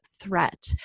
threat